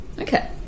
Okay